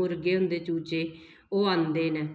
मुर्गे होंदे चूचे ओह् पांदे न